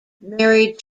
married